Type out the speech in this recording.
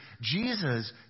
Jesus